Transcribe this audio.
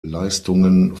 leistungen